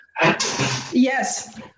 Yes